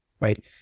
right